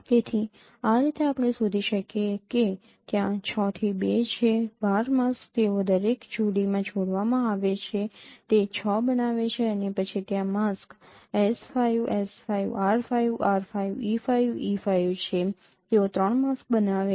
તેથી આ રીતે આપણે શોધી શકીએ કે ત્યાં ૬ થી ૨ છે ૧૨ માસ્ક તેઓ દરેક જોડીમાં જોડવામાં આવે છે અને તે ૬ બનાવે છે અને પછી ત્યાં mask S5 S5 R5 R5 E5 E5 છે તેઓ ૩ માસ્ક બનાવે છે